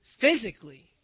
physically